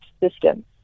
system